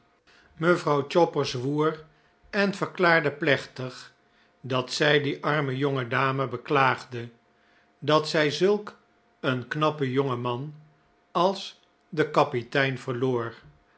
mevrouw chopper zwoer en verklaarde plechtig dat zij die arme jonge dame beklaagde dat zij zulk een knappen jongen man als den kapitein verloor